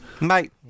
mate